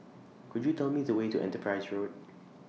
Could YOU Tell Me The Way to Enterprise Road